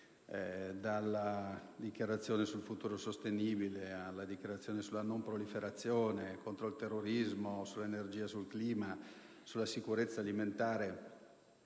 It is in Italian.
dalla dichiarazione sul futuro sostenibile alla dichiarazione sulla non proliferazione nucleare, contro il terrorismo, sull'energia e sul clima, sulla sicurezza alimentare.